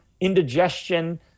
indigestion